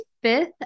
fifth